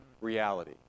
reality